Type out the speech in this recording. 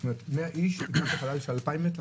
זאת אומרת, 100 איש גם בחלל של 2,000 מ'?